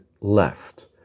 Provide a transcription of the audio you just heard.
left